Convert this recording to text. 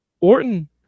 Orton